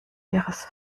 ihres